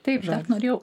taip norėjau